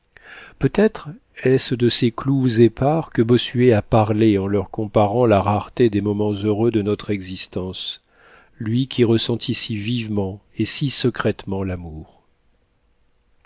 peut-être est-ce de ces clous épars que bossuet a parlé en leur comparant la rareté des moments heureux de notre existence lui qui ressentit si vivement et si secrètement l'amour